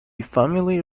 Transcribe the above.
family